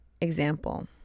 example